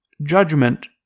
Judgment